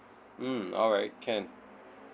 mm alright can